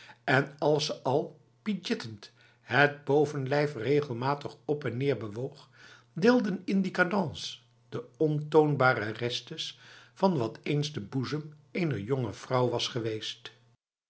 en als ze al pidjitend het bovenlijf regelmatig op en neer bewoog deelden in die cadence de ontoonbare restes van wat eens de boezem ener jonge vrouw was geweest